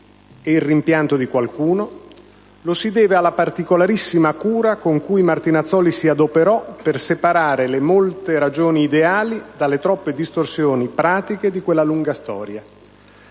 e il rimpianto di qualcuno, lo si deve alla particolarissima cura con cui Martinazzoli si adoperò per separare le molte ragioni ideali dalle troppe distorsioni pratiche di quella lunga storia.